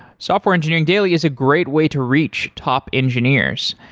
software engineering daily is a great way to reach top engineers.